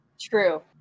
True